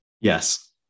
Yes